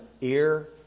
ear